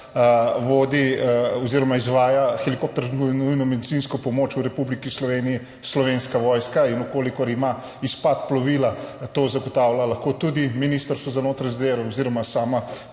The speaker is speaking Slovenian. vodi oziroma izvaja helikoptersko nujno medicinsko pomoč v Republiki Sloveniji Slovenska vojska in če ima izpad plovila, to lahko zagotavlja tudi Ministrstvo za notranje zadeve oziroma sama